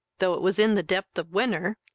though it was in the depth of winter,